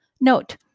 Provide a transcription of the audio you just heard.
Note